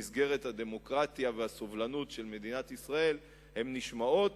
במסגרת הדמוקרטיה והסובלנות של מדינת ישראל הן נשמעות.